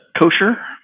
kosher